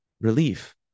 relief